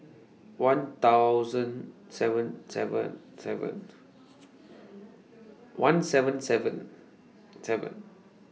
one thousand seven seven seven one seven seven seven